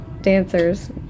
dancers